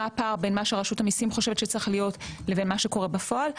מה הפער בין מה שרשות המיסים חושבת שצריך להיות לבין מה שקורה בפועל?